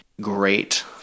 great